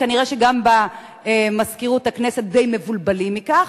כנראה שגם במזכירות הכנסת די מבולבלים מכך.